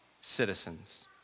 citizens